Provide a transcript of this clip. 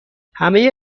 همه